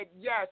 yes